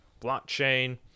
blockchain